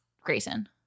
Grayson